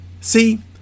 See